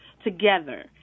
together